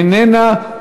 איננה.